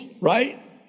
right